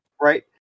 Right